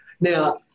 now